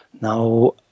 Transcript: Now